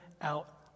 out